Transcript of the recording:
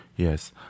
Yes